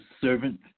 servant